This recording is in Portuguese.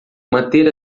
manter